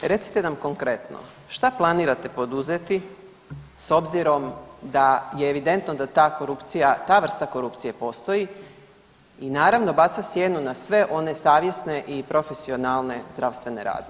Recite nam konkretno, šta planirate poduzeti s obzirom da je evidentno da ta korupcija, ta vrsta korupcije postoji i naravno, baca sjenu na sve one savjesne i profesionalne zdravstvene radnike.